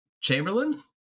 Chamberlain